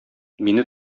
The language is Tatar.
мине